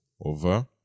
over